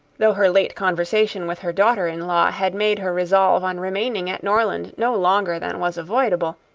though her late conversation with her daughter-in-law had made her resolve on remaining at norland no longer than was unavoidable,